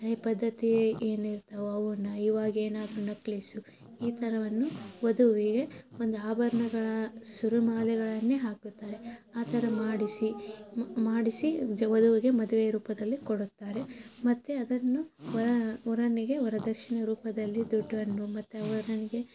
ಹಳೆಯ ಪದ್ಧತಿ ಏನು ಇರ್ತಾವೆ ಅವನ್ನು ಇವಾಗ ಏನಾದ್ರೂ ನೆಕ್ಲೇಸು ಈ ಥರದನ್ನು ವಧುವಿಗೆ ಒಂದು ಆಭರಣಗಳ ಸರಿಮಾಲೆಗಳನ್ನೇ ಹಾಕುತ್ತಾರೆ ಆ ಥರ ಮಾಡಿಸಿ ಮಾಡಿಸಿ ಜ ವಧುವಿಗೆ ಮದುವೆಯ ರೂಪದಲ್ಲಿ ಕೊಡುತ್ತಾರೆ ಮತ್ತು ಅದನ್ನು ವರ ವರನಿಗೆ ವರದಕ್ಷಿಣೆ ರೂಪದಲ್ಲಿ ದುಡ್ಡನ್ನು ಮತ್ತು ವರನಿಗೆ